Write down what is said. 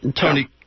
Tony